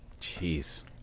Jeez